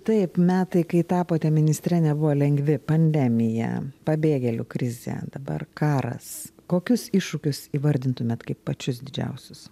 taip metai kai tapote ministre nebuvo lengvi pandemija pabėgėlių krizė dabar karas kokius iššūkius įvardintumėt kaip pačius didžiausius